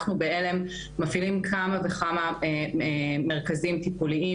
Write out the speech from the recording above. אנחנו בעל"ם מפעילים כמה וכמה מרכזים טיפוליים,